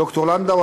ד"ר לנדאו,